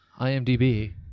IMDb